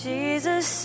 Jesus